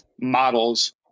models